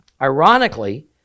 Ironically